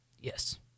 Yes